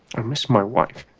i miss my wife